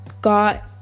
got